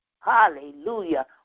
Hallelujah